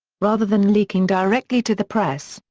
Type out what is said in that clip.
rather than leaking directly to the press,